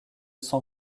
cent